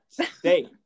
Stay